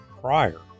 prior